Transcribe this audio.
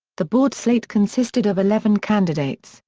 the board slate consisted of eleven candidates,